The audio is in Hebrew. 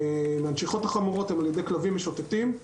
הנשיכות החמורות הם על ידי כלבים משוטטים,